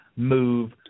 move